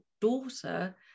daughter